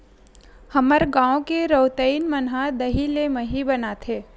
हमर गांव के रउतइन मन ह दही ले मही बनाथे